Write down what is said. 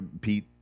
Pete